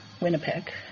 Winnipeg